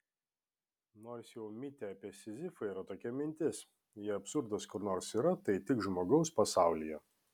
nors jau mite apie sizifą yra tokia mintis jei absurdas kur nors yra tai tik žmogaus pasaulyje